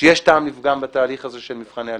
שיש טעם לפגם בתהליך הזה של מבחני הלשכה.